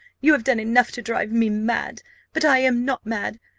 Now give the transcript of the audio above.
you have done enough to drive me mad but i am not mad.